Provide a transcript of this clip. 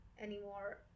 anymore